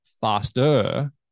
faster